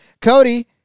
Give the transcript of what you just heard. Cody